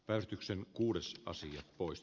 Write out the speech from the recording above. pälätyksen kuudes asiat pois